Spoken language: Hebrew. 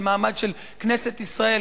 של המעמד של כנסת ישראל,